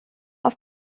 auf